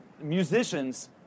musicians